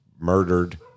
murdered